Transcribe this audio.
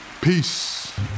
Peace